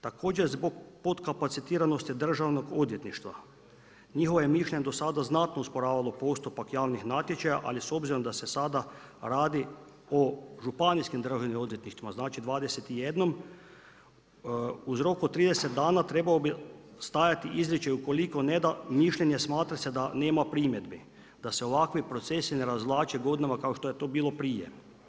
Također zbog podkapacitiranost Državnog odvjetništva njihovo je mišljenje do sada znatno usporavalo postupak javnih natječaja, ali s obzirom da se sada radi o županijskim državnim odvjetništvima znači 21 uz rok od 30 dana trebao bi stajati izričaj ukoliko ne da mišljenje smatra se da nema primjedbi, da se ovakvi procesi ne razvlače godinama kao što je to bilo prije.